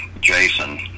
Jason